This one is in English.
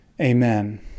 Amen